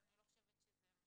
אבל אני לא חושבת שזה מה